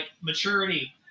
maturity